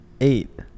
eight